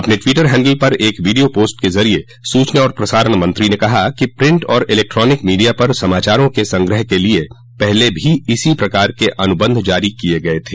अपने Twitter handle पर एक वीडियो पोस्ट के जरिए सूचना और प्रसारण मंत्री ने कहा कि प्रिंट और इलेक्ट्रॉनिक मीडिया पर समाचारों के संग्रह क लिए पहले भी इसी प्रकार के अनुबंध जारी किये गये थे